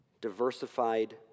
Diversified